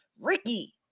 Ricky